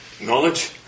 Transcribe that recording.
knowledge